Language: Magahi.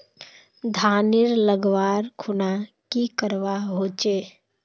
धानेर लगवार खुना की करवा होचे?